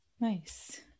Nice